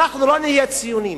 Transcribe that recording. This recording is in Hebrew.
אנחנו לא נהיה ציונים.